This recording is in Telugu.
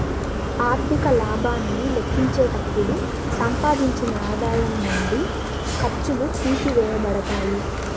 ఆర్థిక లాభాన్ని లెక్కించేటప్పుడు సంపాదించిన ఆదాయం నుండి ఖర్చులు తీసివేయబడతాయి